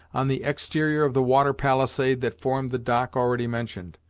on the exterior of the water-palisade that formed the dock already mentioned,